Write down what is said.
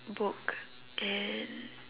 book and